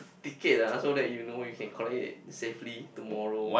ticket ah so that you know you can collect it safely tomorrow